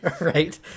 Right